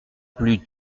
plus